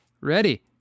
Ready